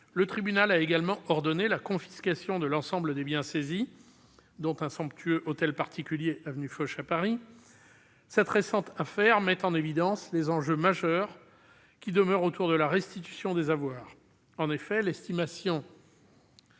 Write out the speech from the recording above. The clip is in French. le tribunal a également ordonné la confiscation de l'ensemble des biens saisis, dont un somptueux hôtel particulier, situé avenue Foch, à Paris. Cette récente affaire met en évidence les enjeux majeurs qui demeurent autour de la restitution des avoirs. En effet, l'estimation